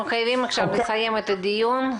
אנחנו חייבים עכשיו לסיים את הדיון.